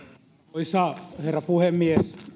arvoisa herra puhemies